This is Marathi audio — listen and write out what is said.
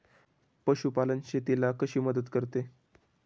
पशुपालन शेतीला कशी मदत करते?